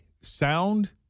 sound